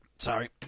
Sorry